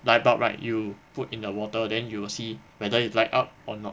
light bulb right you put in the water then you will see whether it light up or not